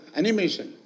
animation